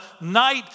night